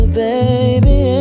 baby